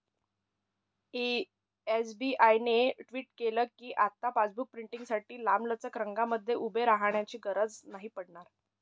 SBI ने tweet केल कीआता पासबुक प्रिंटींगसाठी लांबलचक रंगांमध्ये उभे राहण्याची गरज नाही पडणार